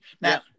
Now